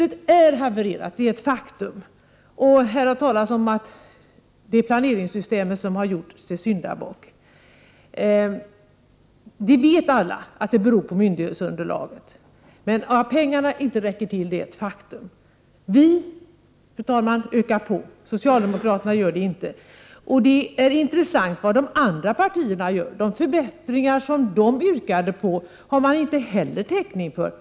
Det är ett faktum att beslutet är havererat. Här har talats om att det är planeringssystemet som har gjorts till syndabock. Vi vet alla att detta beror på planeringsunderlaget, men det är en realitet att pengarna inte räcker till. Fru talman! Vi i folkpartiet vill öka resurserna, socialdemokraterna vill det inte. Vad de övriga partierna föreslår är intressant. De förbättringar som de framför yrkanden om finns det inte heller täckning för.